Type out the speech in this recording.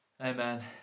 amen